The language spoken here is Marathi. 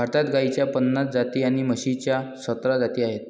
भारतात गाईच्या पन्नास जाती आणि म्हशीच्या सतरा जाती आहेत